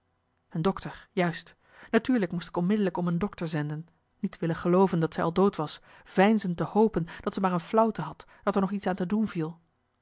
een dokter juist natuurlijk moest ik onmiddelijk om een dokter zenden niet willen gelooven dat zij al dood was veinzen te hopen dat ze maar een flauwte had dat er nog iets aan te doen viel